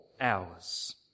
hours